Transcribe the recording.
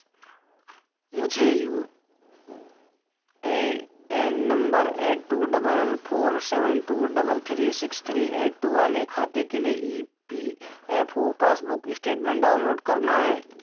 मुझे U A N number eight two double four seven two double three six three eight two वाले खाते के लिए E P F O passbook statement download करना है